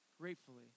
gratefully